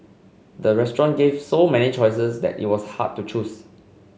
the restaurant gave so many choices that it was hard to choose